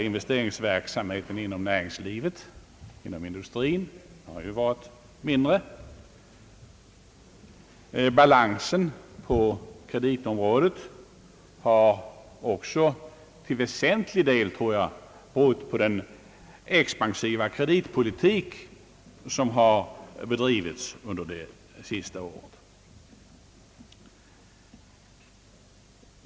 Investeringsverksamheten inom näringslivet och industrin har sålunda varit mindre, och balansen på kreditområdet har till väsentlig del, tror jag, berott på den expansiva kreditpolitik som bedrivits under det sista året.